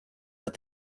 that